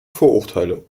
vorurteile